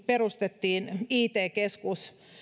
perustettiin myöskin it keskus